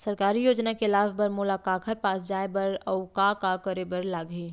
सरकारी योजना के लाभ बर मोला काखर पास जाए बर अऊ का का करे बर लागही?